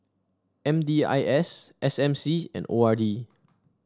M D I S S M C and O R D